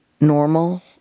normal